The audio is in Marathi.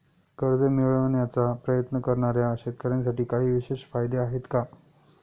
कर्ज मिळवण्याचा प्रयत्न करणाऱ्या शेतकऱ्यांसाठी काही विशेष फायदे आहेत का?